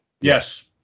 Yes